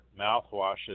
mouthwashes